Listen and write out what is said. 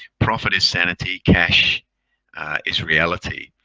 profit is sanity. cash is reality.